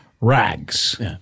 Rags